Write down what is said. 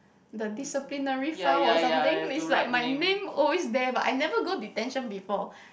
the disciplinary file or something is like my name always there but I never go detention before